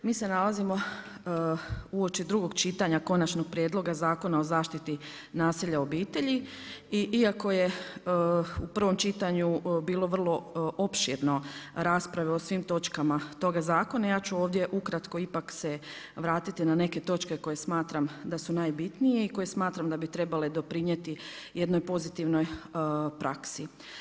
Mi se nalazimo uoči drugog čitanja Konačnog prijedloga Zakona o zaštiti nasilja u obitelji i iako je u prvom čitanju bilo vrlo opširno rasprave o svim točkama toga zakona ja ću ovdje ukratko ipak se vratiti na neke točke koje smatram da su najbitnije i koje smatram da bi trebale doprinijeti jednoj pozitivnoj praksi.